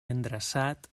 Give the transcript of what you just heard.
endreçat